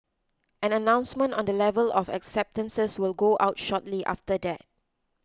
an announcement on the level of acceptances will go out shortly after that